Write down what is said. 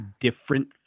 different